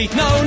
no